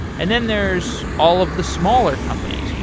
and then, there's all of the smaller companies.